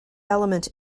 element